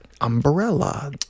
umbrella